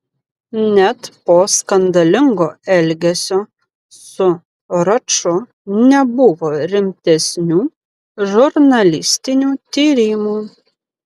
net po skandalingo elgesio su raču nebuvo rimtesnių žurnalistinių tyrimų